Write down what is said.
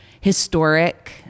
historic